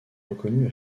reconnues